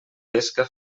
pesca